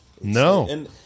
No